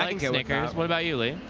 and yeah like ah what about you, lee?